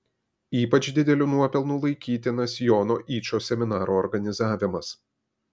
ypač dideliu nuopelnu laikytinas jono yčo seminaro organizavimas